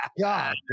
God